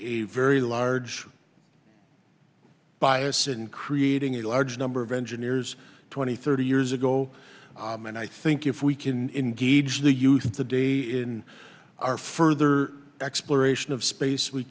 a very large bias in creating a large number of engineers twenty thirty years ago and i think if we can engage the youth the day in our further exploration of space we